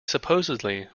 supposedly